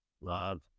love